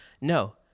No